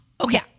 Okay